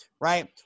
right